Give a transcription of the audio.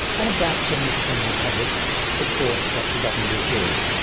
and about seventy per cent of the public support what the government is doing.